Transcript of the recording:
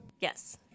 Yes